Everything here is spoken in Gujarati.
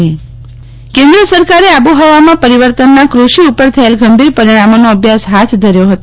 શીતલ વૈશ્નવ કેન્દ્ર સરકારે આબોફવામાં પરીવર્તનનાં કૃષિ ઉપર થયેલ ગંભીર પરિણામોનો અભ્યાસ ફાથ ધર્યો હતો